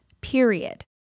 period